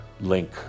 link